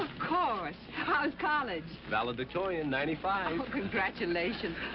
course. how's college? valedictorian. ninety five. oh, congratulations!